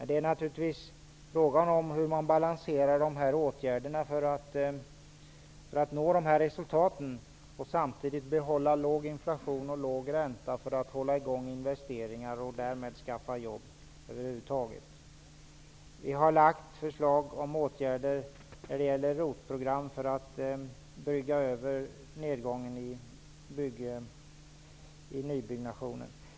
Det handlar om hur man balanserar åtgärderna för att nå dessa resultat men samtidigt behålla låg inflation och låg ränta för att hålla i gång investeringarna och därmed skaffa jobb över huvud taget. Vi har lagt fram förslag om åtgärder i form av ROT program för att brygga över nedgången i nybyggnationen.